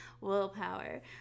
willpower